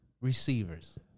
receivers